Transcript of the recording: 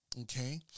okay